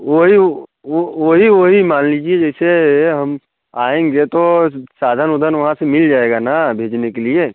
वही वो वो वही वही मान लीजिए जैसे हम आएंगे तो साधन ओधन वहाँ से मिल जाएगा न भेजने के लिए